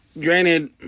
Granted